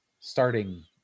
starting